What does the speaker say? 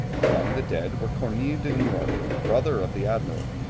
among the dead were cornille de noort, brother of the admiral,